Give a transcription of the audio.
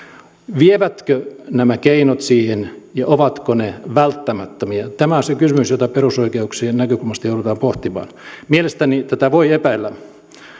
vievätkö nämä keinot siihen ja ovatko ne välttämättömiä tämä on se kysymys jota perusoikeuksien näkökulmasta joudutaan pohtimaan mielestäni tätä voi epäillä